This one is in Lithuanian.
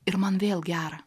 ir man vėl gera